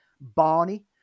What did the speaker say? Barney